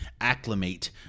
acclimate